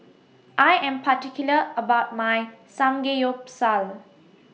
I Am particular about My Samgeyopsal